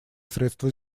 средство